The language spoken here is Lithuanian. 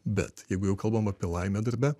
bet jeigu jau kalbam apie laimę darbe